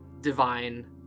divine